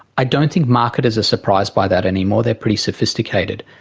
i don't think marketers are surprised by that any more, they are pretty sophisticated.